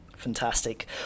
Fantastic